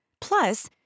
Plus